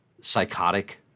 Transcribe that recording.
psychotic